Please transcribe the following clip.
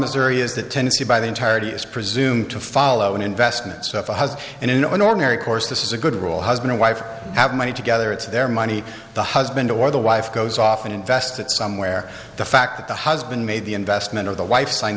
missouri is that tennessee by the entirety is presumed to follow an investment so if one has an ordinary course this is a good rule husband or wife have money together it's their money the husband or the wife goes off and invest it somewhere the fact that the husband made the investment or the wife signed